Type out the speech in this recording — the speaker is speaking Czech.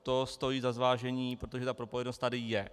To stojí za zvážení, protože ta propojenost tady je.